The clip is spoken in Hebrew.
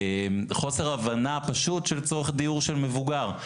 חוסר הבנה פשוט של צורך דיור של מבוגר.